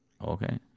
Okay